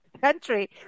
country